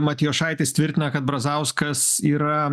matijošaitis tvirtina kad brazauskas yra